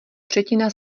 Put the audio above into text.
třetina